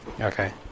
Okay